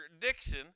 Dixon